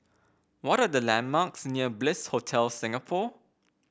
what are the landmarks near Bliss Hotel Singapore